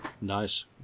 Nice